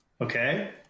Okay